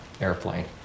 Airplane